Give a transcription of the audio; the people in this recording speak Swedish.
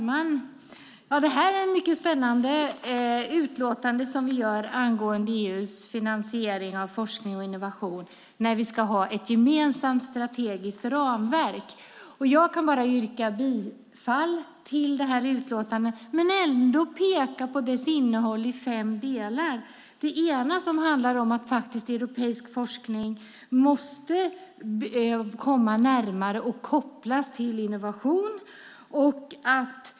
Herr talman! Det här är ett mycket spännande utlåtande som vi gör angående EU:s finansiering av forskning och innovation när vi ska ha ett gemensamt strategiskt ramverk. Jag kan bara yrka bifall till utlåtandet, men jag vill ändå ta upp de fem delar som vi pekar på. Den ena handlar om att europeisk forskning måste komma närmare och kopplas till innovation.